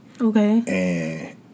Okay